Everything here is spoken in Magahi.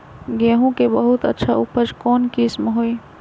गेंहू के बहुत अच्छा उपज कौन किस्म होई?